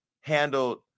handled